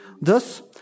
Thus